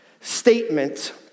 statement